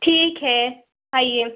ठीक है आइए